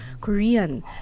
Korean